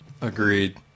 Agreed